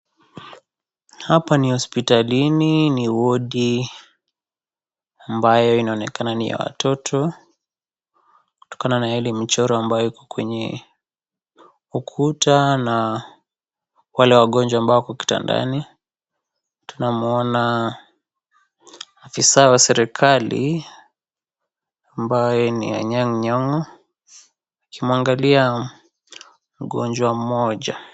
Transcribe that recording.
Hapa ni hospitalini hii ni wodi ambayo inaonekana ni ya watoto kutokana na ile michoro ambayo iko kwenye ukuta na wale wagonjwa ambao wako kitandani. Tunamwona afisa wa serekali ambaye ni Anyan'g Nyong'o akimwangalia mgonjwa mmoja.